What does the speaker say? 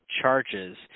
charges